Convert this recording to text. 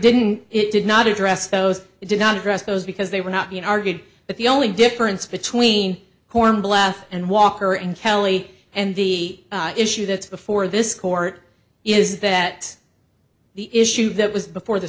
didn't it did not address those it did not address those because they were not being argued that the only difference between horn blath and walker and kelly and the issue that's before this court is that the issue that was before the